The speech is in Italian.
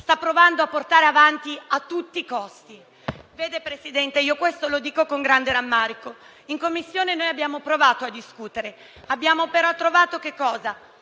sta provando a portare avanti a tutti i costi. Vede, Presidente, lo dico con grande rammarico: in Commissione abbiamo provato a discutere, ma abbiamo trovato sguardi